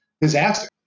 disaster